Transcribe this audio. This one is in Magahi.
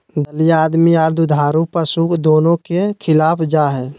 दलिया आदमी आर दुधारू पशु दोनो के खिलावल जा हई,